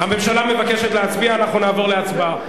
הממשלה מבקשת להצביע, אנחנו נעבור להצבעה.